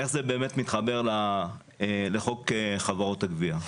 איך זה מתחבר לחוק חברות הגבייה?